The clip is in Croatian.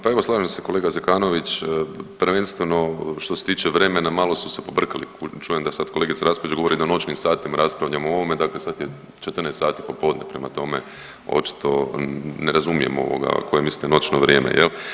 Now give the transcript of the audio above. Pa evo slažem se kolega Zekanović, prvenstveno što se tiče vremena malo su se pobrkali, čujem da sad kolegica Raspudić govori da u noćnim satima raspravljamo o ovome, dakle sad je 14 sati popodne prema tome očito ne razumijem ovoga koje mislite noćno vrijeme jel.